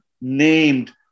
named